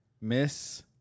Miss